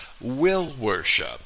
will-worship